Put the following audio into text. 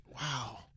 Wow